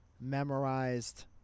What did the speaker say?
memorized